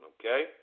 Okay